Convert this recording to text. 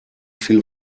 viel